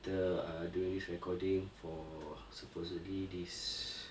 the uh doing this recording for supposedly this